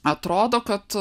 atrodo kad